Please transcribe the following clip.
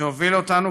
שהוביל אותנו.